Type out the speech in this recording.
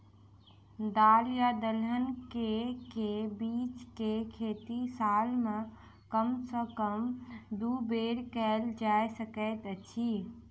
दल या दलहन केँ के बीज केँ खेती साल मे कम सँ कम दु बेर कैल जाय सकैत अछि?